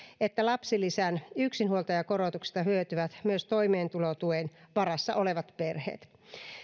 että lapsilisän yksinhuoltajakorotuksesta hyötyvät myös toimeentulotuen varassa olevat perheet